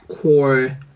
core